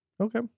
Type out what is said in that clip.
okay